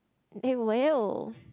it will